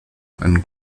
and